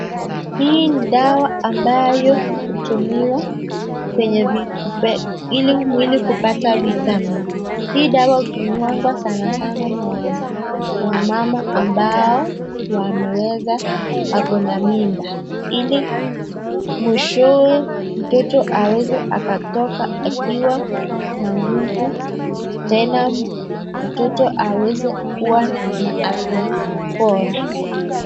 Hii ni dawa ambayo hutumiwa kwenye ili mwili kupata vitamin, hii dawa hutumiwa na wamama ambao wameweza ako na mimba ili mwishowe mtoto aweze akatoka ikiwa na nguvu tena mtoto aweze kuwa na afya bora.